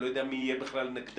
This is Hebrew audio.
אני לא יודע מי יהיה בכלל נגדה,